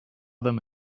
them